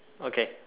okay